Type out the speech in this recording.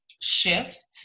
shift